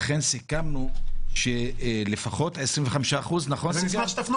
לכן סיכמנו שלפחות 25%- -- אשמח שתפנו